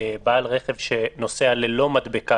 ישלח את הרכב הנקי יותר ומי שנוסע מחוץ לעיר,